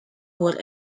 were